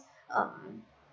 um